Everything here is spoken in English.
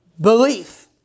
belief